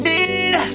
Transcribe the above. Need